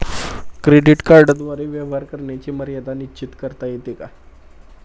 Credit कार्डद्वारे व्यवहार करण्याची मर्यादा निश्चित करता येते का?